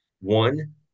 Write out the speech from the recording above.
One